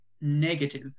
negative